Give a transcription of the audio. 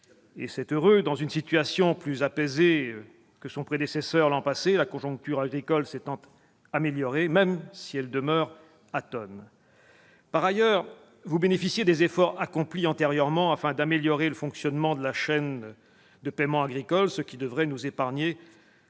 et c'est heureux, dans une situation plus apaisée que son prédécesseur l'an passé, la conjoncture agricole s'étant améliorée, même si elle demeure atone. Par ailleurs, vous bénéficiez des efforts accomplis antérieurement afin d'améliorer le fonctionnement de la chaîne de paiements agricoles, ce qui devrait nous épargner